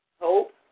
Hope